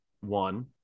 one